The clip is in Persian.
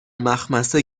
مخمصه